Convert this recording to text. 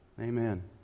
Amen